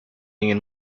ingin